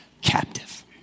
captive